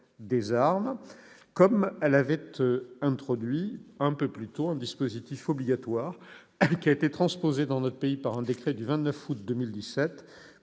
...